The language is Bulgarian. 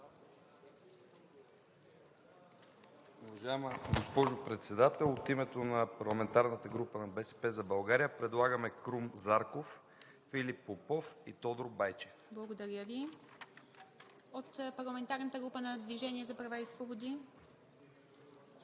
България“, 2 от парламентарната група на „Движение за права и свободи“,